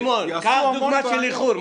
שמעון, קח דוגמה של איחור.